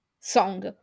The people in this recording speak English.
song